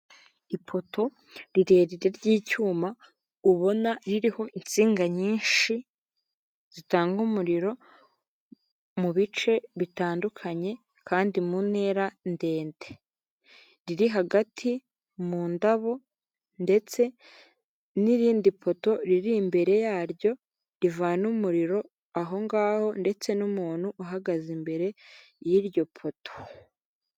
Ipoto rirerire ry'icyuma, ubona ririho insinga nyinshi zitanga umuriro mu bice bitandukanye kandi mu ntera ndende, riri hagati mu ndabo ndetse n'irindi poto riri imbere yaryo rivana umuriro aho ngaho ndetse n'umuntu uhagaze imbere y'iryo poto.